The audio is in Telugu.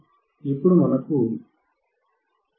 ఇప్పుడు చూడండి మనకు 5√ 2